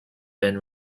been